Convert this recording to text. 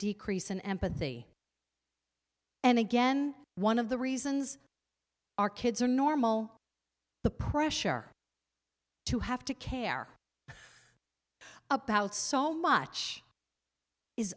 decrease in empathy and again one of the reasons our kids are normal the pressure to have to care about so much is